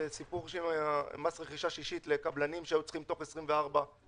למס רכישה שישית לקבלנים שהיו צריכים לבנות תוך 24 חודשים.